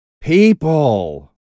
People